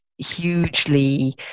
hugely